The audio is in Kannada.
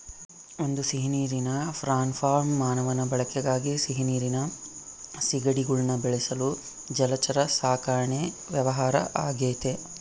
ಒಂದು ಸಿಹಿನೀರಿನ ಪ್ರಾನ್ ಫಾರ್ಮ್ ಮಾನವನ ಬಳಕೆಗಾಗಿ ಸಿಹಿನೀರಿನ ಸೀಗಡಿಗುಳ್ನ ಬೆಳೆಸಲು ಜಲಚರ ಸಾಕಣೆ ವ್ಯವಹಾರ ಆಗೆತೆ